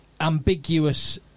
ambiguous